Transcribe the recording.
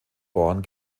born